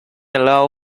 allow